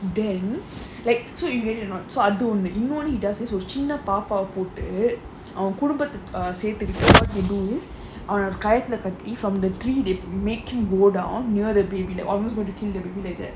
then like so he get it not so அது ஒன்னு இன்னொன்னு:athu onnu innonnu he does this ஒரு சின்ன பாப்பாவ போட்டு அவன் குடும்பத்த சேத்திகிட்டு:oru chinna paappaava pottu avan kudumpatha sethukittu what he do is அவனோட கைத்தல கட்டி:avanoda kaithala katti from the three the making go down near the baby the obvious would you kind of related